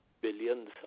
billions